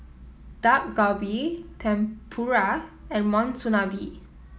Dak Galbi Tempura and Monsunabe